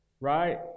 right